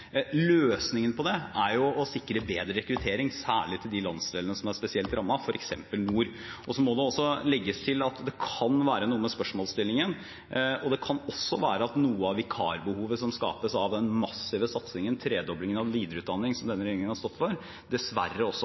Løsningen på det er å sikre bedre rekruttering, særlig til de landsdelene som er spesielt rammet, f.eks. i nord. Så må det legges til at det kan være noe med spørsmålsstillingen, og det kan også være at vikarbehovet som skapes av den massive satsingen – tredoblingen av videreutdanningen – som denne regjeringen har stått for, dessverre også